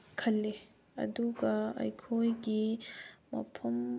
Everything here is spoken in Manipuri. ꯈꯜꯂꯦ ꯑꯗꯨꯒ ꯑꯩꯈꯣꯏꯒꯤ ꯃꯐꯝ